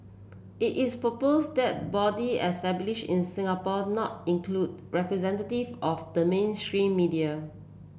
it is proposed that body established in Singapore not include representative of the mainstream media